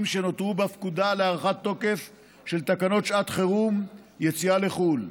שנותרו בפקודה להארכת תוקף של תקנות שעת חירום (יציאה לחוץ לארץ).